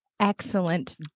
Excellent